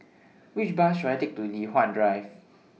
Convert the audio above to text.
Which Bus should I Take to Li Hwan Drive